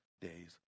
days